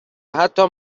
حتی